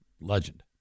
Legend